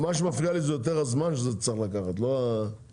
מה שמפריע לי זה יותר הזמן שזה צריך לקחת ולא ההוצאה.